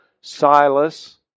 Silas